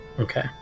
Okay